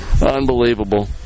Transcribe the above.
Unbelievable